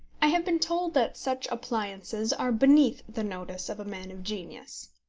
i have been told that such appliances are beneath the notice of a man of genius.